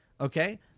okay